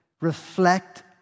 reflect